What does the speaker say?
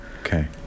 Okay